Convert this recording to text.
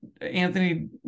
Anthony